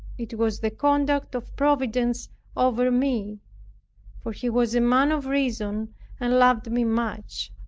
it was the conduct of providence over me for he was a man of reason and loved me much.